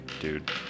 dude